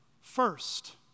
first